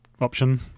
option